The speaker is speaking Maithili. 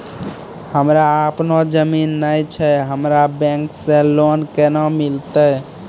हमरा आपनौ जमीन नैय छै हमरा बैंक से लोन केना मिलतै?